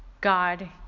God